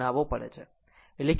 બનાવવો પડે છે